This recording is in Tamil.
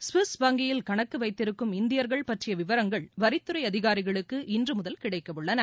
சுவிஸ் வங்கியில் கணக்கு வைத்திருக்கும் இந்தியர்கள் பற்றிய விவரங்கள் வரித்துறை அதிகாரிகளுக்கு இன்று முதல் கிடைக்கவுள்ளன